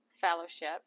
fellowship